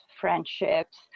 friendships